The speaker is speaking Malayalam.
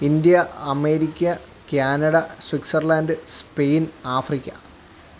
India America Canada Switzerland Spain Africa